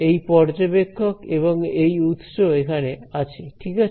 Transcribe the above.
এই পর্যবেক্ষক এবং এই উৎস এখানে আছে ঠিক আছে